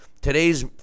Today's